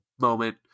moment